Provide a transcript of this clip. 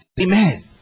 Amen